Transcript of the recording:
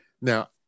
Now